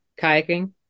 Kayaking